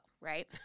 right